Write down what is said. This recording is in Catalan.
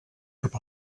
cap